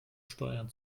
steuern